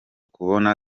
kubona